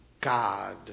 God